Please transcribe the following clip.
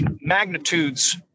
magnitudes